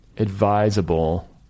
advisable